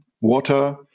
water